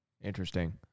Interesting